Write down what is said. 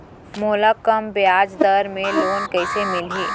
मोला कम ब्याजदर में लोन कइसे मिलही?